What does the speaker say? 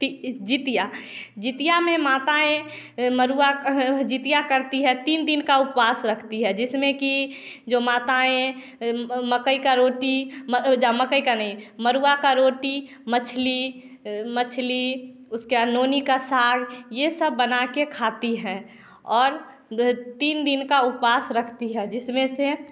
जितिया जितिया में माताएँ मरुआ जितिया करती है तीन दिन का उपवास रखती है जिसमें की जो माताएँ मकई का रोटी जा मकई का नहीं मरुआ का रोटी मछली मछली उसके अनौनी का साग ये सब बनाके खाती है और तीन दिन का उपवास रखती है जिसमें से